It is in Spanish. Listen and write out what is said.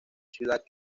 ciudad